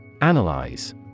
analyze